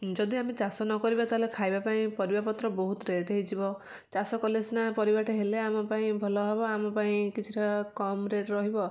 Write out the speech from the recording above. ଯଦି ଆମେ ଚାଷ ନ କରିବା ତାହେଲେ ଖାଇବା ପାଇଁ ପରିବାପତ୍ର ବହୁତ ରେଟ୍ ହେଇଯିବ ଚାଷ କଲେ ସିନା ପରିବାଟେ ହେଲେ ଆମ ପାଇଁ ଭଲ ହବ ଆମ ପାଇଁ କିଛିଟା କମ୍ ରେଟ୍ ରହିବ